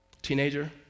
Teenager